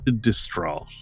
distraught